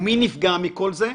ומי נפגע מכל זה?